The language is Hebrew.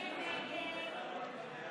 הצעת סיעות ימינה וישראל ביתנו להביע